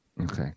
Okay